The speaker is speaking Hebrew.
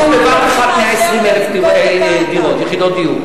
הוציאו בבת אחת 120,000 יחידות דיור.